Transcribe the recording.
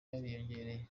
yariyongereye